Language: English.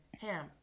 ham